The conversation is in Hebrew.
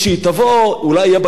אבל היא תבוא עלינו לטובה.